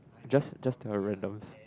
just just the random